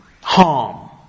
harm